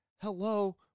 Hello